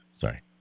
Sorry